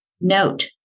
Note